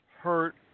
hurt